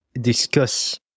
discuss